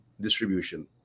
distribution